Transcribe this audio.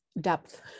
depth